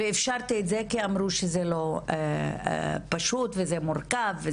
אפשרתי את זה כי אמרו שזה לא פשוט, זה מורכב.